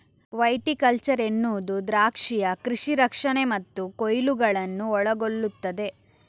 viticulture ಎನ್ನುವುದು ದ್ರಾಕ್ಷಿಯ ಕೃಷಿ ರಕ್ಷಣೆ ಮತ್ತು ಕೊಯ್ಲುಗಳನ್ನು ಒಳಗೊಳ್ಳುತ್ತದೆ